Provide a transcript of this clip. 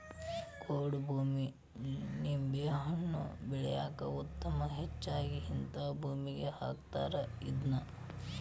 ಗೊಡ್ಡ ಭೂಮಿ ನಿಂಬೆಹಣ್ಣ ಬೆಳ್ಯಾಕ ಉತ್ತಮ ಹೆಚ್ಚಾಗಿ ಹಿಂತಾ ಭೂಮಿಗೆ ಹಾಕತಾರ ಇದ್ನಾ